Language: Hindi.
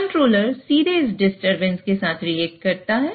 कंट्रोलरसीधे इस डिस्टरबेंसके साथ रिएक्ट करता है